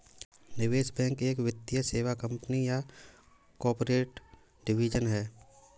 निवेश बैंक एक वित्तीय सेवा कंपनी या कॉर्पोरेट डिवीजन है